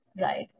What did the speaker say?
right